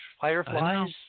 fireflies